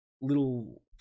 little